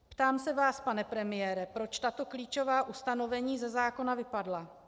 Ptám se vás, pane premiére, proč tato klíčová ustanovení ze zákona vypadla.